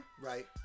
Right